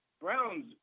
Browns